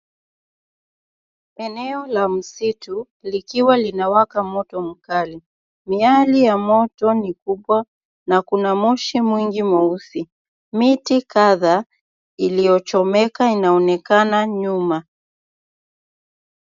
Eneo la msitu likiwa linawaka moto mkali. Miali ya moto ni kubwa na kuna moshi mwingi mweusi. Miti kadhaa iliyochomeka inaonekana nyuma.